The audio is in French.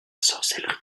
sorcellerie